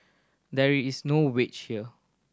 there is no wedge here